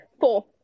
Four